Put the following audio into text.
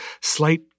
slight